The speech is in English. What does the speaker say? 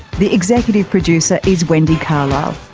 the executive producer is wendy carlisle.